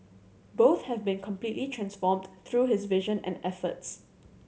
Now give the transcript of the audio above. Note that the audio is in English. both have been completely transformed through his vision and efforts